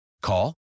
Call